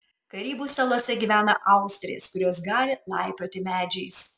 karibų salose gyvena austrės kurios gali laipioti medžiais